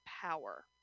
power